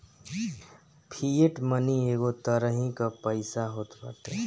fiat money एगो तरही कअ पईसा होत बाटे